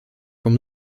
from